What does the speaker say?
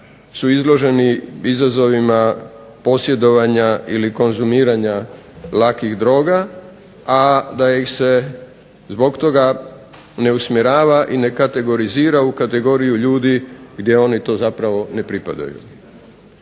su izloženi izazovima posjedovanja ili konzumiranja lakih droga, a da ih se zbog toga ne usmjerava i ne kategorizira u kategoriju ljudi gdje oni to zapravo ne pripadaju.